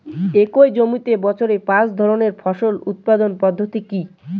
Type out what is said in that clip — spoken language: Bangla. একই জমিতে বছরে পাঁচ ধরনের ফসল উৎপাদন পদ্ধতি কী?